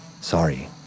Sorry